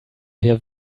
wer